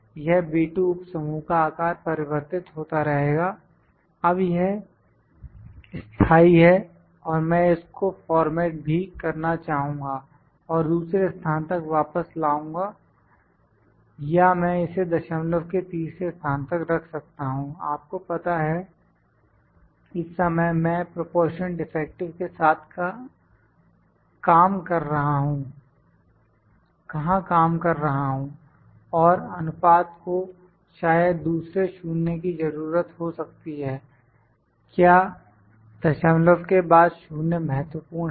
यह B2 उप समूह का आकार परिवर्तित होता रहेगा अब यह स्थाई है और मैं इसको फॉर्मेट भी करना चाहूँगा और दूसरे स्थान तक वापस लाऊंगा या मैं इसे दशमलव के तीसरे स्थान तक रख सकता हूं आपको पता है इस समय मैं प्रोपोर्शन डिफेक्टिव के साथ कहां काम कर रहा हूं और अनुपात को शायद दूसरे 0 की जरूरत हो सकती है क्या दशमलव के बाद 0 महत्वपूर्ण है